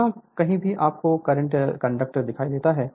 जहां कहीं भी आपको करंट कंडक्टर दिखाई देता है